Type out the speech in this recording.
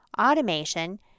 automation